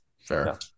fair